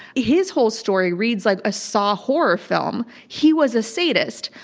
his whole story reads like a saw horror film. he was a sadist.